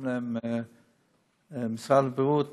משרד בריאות